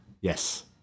Yes